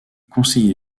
conseiller